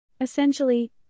Essentially